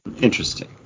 Interesting